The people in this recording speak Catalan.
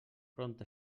prompte